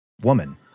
woman